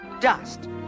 Dust